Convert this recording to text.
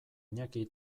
iñaki